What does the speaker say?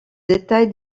détail